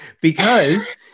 because-